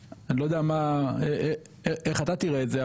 אני לא יודע איך אתה תראה את זה,